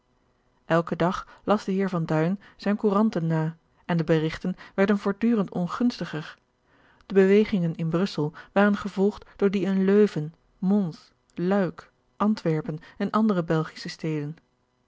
elken dag las de heer van duin zijne couranten na en de berigten werden voortdurend ongunstiger de bewegingen in brussel waren gevolgd door die in leuven mons luik antwerpen en andere belgische steden